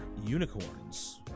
unicorns